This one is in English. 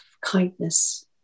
kindness